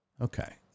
Okay